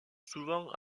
souvent